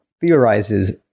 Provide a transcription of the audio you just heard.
theorizes